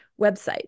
website